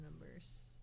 numbers